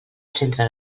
centre